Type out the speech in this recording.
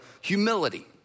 humility